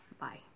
bye